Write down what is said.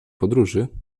podróży